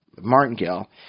martingale